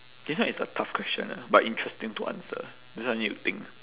this one is a tough question lah but interesting to answer this one need to think